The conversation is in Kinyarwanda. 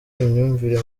imyumvire